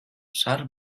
zahar